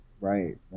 Right